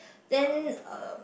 then uh